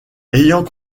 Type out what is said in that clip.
ayant